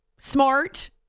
smart